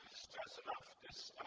stress enough, this